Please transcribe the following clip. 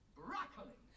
broccoli